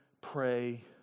pray